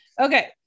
Okay